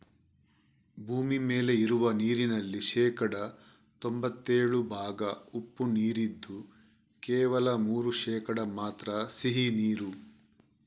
ಭೂಮಿ ಮೇಲೆ ಇರುವ ನೀರಿನಲ್ಲಿ ಶೇಕಡಾ ತೊಂಭತ್ತೇಳು ಭಾಗ ಉಪ್ಪು ನೀರಿದ್ದು ಕೇವಲ ಮೂರು ಶೇಕಡಾ ಮಾತ್ರ ಸಿಹಿ ನೀರು